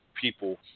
people